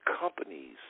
companies